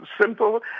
simple